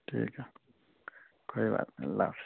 ٹھیک ہے کوئی بات نہیں اللہ حافظ